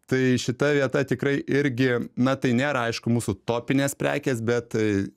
tai šita vieta tikrai irgi na tai nėra aišku mūsų topinės prekės bet